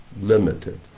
limited